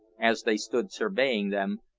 as they stood surveying them,